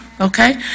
okay